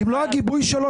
אם לא הגיבוי שלו,